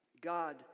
God